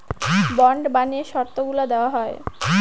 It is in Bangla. বন্ড বানিয়ে শর্তগুলা দেওয়া হয়